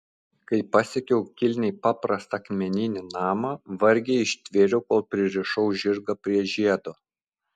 kai pasiekiau kilniai paprastą akmeninį namą vargiai ištvėriau kol pririšau žirgą prie žiedo